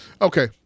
Okay